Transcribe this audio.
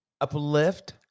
uplift